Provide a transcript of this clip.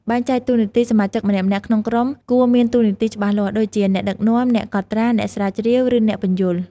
បែងចែកតួនាទីសមាជិកម្នាក់ៗក្នុងក្រុមគួរមានតួនាទីច្បាស់លាស់ ដូចជា អ្នកដឹកនាំ អ្នកកត់ត្រា អ្នកស្រាវជ្រាវ ឬអ្នកពន្យល់។